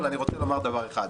אני רוצה לומר דבר אחד,